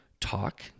talk